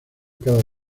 cada